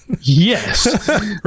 Yes